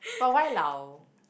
but why 老